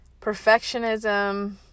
Perfectionism